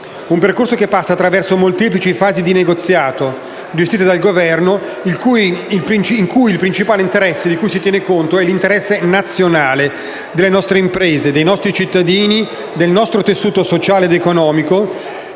Un percorso che passa attraverso molteplici fasi di negoziato gestite dal Governo, in cui il principale interesse di cui si tiene conto è l'interesse nazionale delle nostre imprese, dei nostri cittadini e del nostro tessuto sociale ed economico,